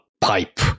pipe